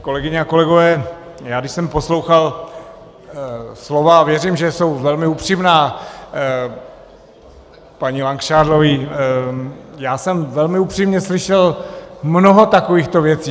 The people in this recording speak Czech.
Kolegyně a kolegové, já když jsem poslouchal slova, a věřím, že jsou velmi upřímná, paní Langšádlové, já jsem velmi upřímně slyšel mnoho takovýchto věcí.